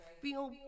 feel